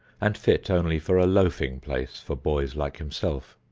and fit only for a loafing place for boys like himself.